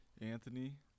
anthony